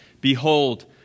Behold